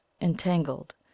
entangled